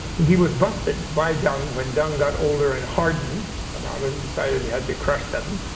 he was busted by deng when deng got older and hardened about it and decided he had to crush them.